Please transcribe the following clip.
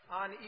on